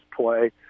play